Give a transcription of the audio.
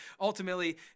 ultimately